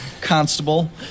Constable